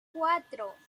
cuatro